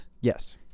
Yes